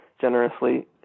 generously